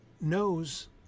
knows